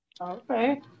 Okay